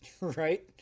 Right